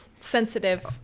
sensitive